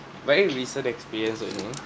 very recent experience